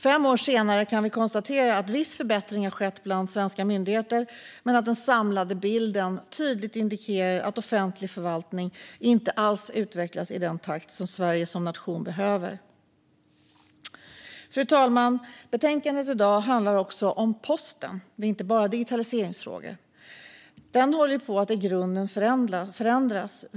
Fem år senare kan vi konstatera att viss förbättring har skett bland svenska myndigheter men att den samlade bilden tydligt indikerar att offentlig förvaltning inte alls utvecklas i den takt som Sverige som nation behöver. Fru talman! Betänkandet vi debatterar i dag handlar också om posten. Det är inte bara digitaliseringsfrågor. Posten håller på att i grunden förändras.